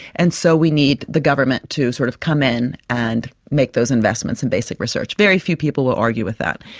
and so we need the government to sort of come in and make those investments in basic research. very few people will argue with that.